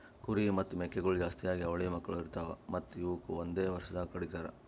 ಕುರಿ ಮತ್ತ್ ಮೇಕೆಗೊಳ್ ಜಾಸ್ತಿಯಾಗಿ ಅವಳಿ ಮಕ್ಕುಳ್ ಇರ್ತಾವ್ ಮತ್ತ್ ಇವುಕ್ ಒಂದೆ ವರ್ಷದಾಗ್ ಕಡಿತಾರ್